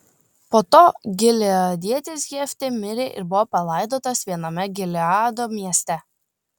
po to gileadietis jeftė mirė ir buvo palaidotas viename gileado mieste